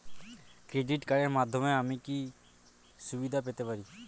Credit কার্ডের মাধ্যমে আমি কি কি সুবিধা পেতে পারি?